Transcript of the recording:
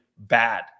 bad